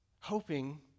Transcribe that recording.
hoping